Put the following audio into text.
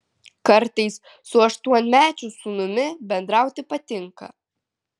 kartais su aštuonmečiu sūnumi bendrauti patinka